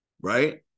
Right